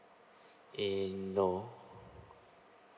and no